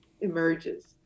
emerges